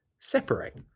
separate